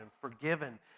forgiven